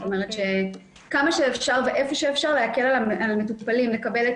זאת אומרת שכמה שאפשר ואיפה שאפשר להקל על המטופלים לקבל את